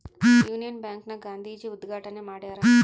Union Bank ನ ಗಾಂಧೀಜಿ ಉದ್ಗಾಟಣೆ ಮಾಡ್ಯರ